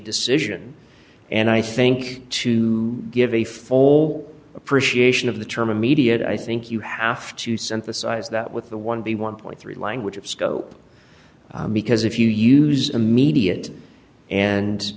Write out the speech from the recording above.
decision and i think to give a full appreciation of the term immediate i think you have to synthesize that with the one b one point three language of scope because if you use immediate and